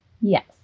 Yes